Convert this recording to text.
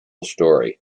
story